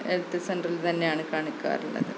health സെന്ററിൽ തന്നെയാണ് കാണിക്കാറുള്ളത്